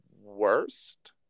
worst